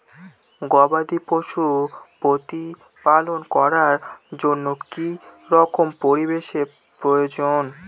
গবাদী পশু প্রতিপালন করার জন্য কি রকম পরিবেশের প্রয়োজন?